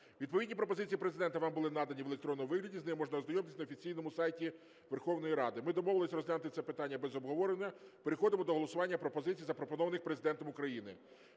Відповідні пропозиції Президента вам були надані в електронному вигляді, з ними можна ознайомитися на офіційному сайті Верховної Ради. Ми домовилися розглянути це питання без обговорення. Переходимо до голосування пропозицій, запропонованих Президентом України.